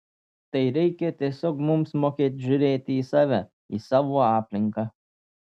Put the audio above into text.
tai reikia tiesiog mums mokėt žiūrėti į save į savo aplinką